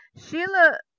Sheila